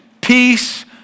peace